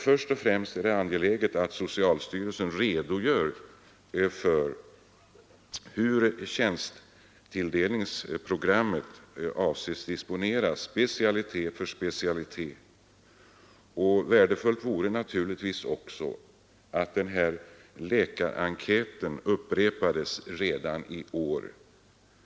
Först och främst är det angeläget att socialstyrelsen redogör för hur tjänstetilldelningsprogrammet skall disponeras, specialitet för specialitet. Värdefullt vore naturligtvis också att den här läkarenkäten upprepades redan i år.